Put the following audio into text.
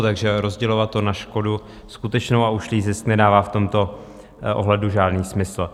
Takže rozdělovat to na škodu skutečnou a ušlý zisk nedává v tomto ohledu žádný smysl.